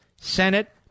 Senate